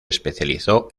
especializó